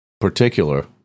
particular